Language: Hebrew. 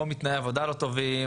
או מתנאי עבודה לא טובים,